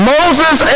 Moses